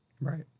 right